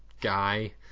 guy